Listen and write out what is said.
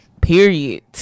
Period